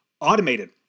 automated